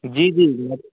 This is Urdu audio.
جی جی جی